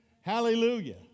Hallelujah